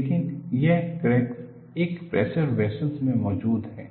लेकिन यह क्रैक एक प्रेशर वेसल में मौजूद है